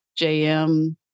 JM